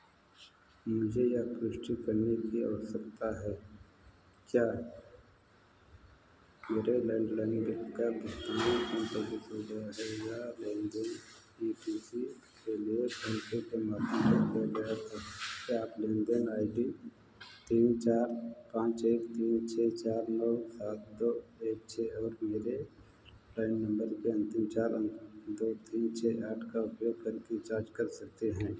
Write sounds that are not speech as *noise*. मुझे यह पुष्टि करने की आवश्यकता है क्या मेरे लैंडलाइन बिल का भुगतान *unintelligible* या लेन देन की *unintelligible* क्या आप लेन देन आई डी तीन चार पाँच एक तीन छः चार नौ सात दो एक छः और मेरे लाइन नम्बर के अन्तिम चार अंक दो तीन छः आठ का उपयोग कर के जांच कर सकते हैं